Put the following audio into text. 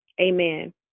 Amen